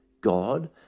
God